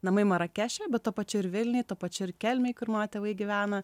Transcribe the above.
namai marakeše bet tuo pačiu ir vilniuj ta pačia kelmėj kur mano tėvai gyvena